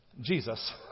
Jesus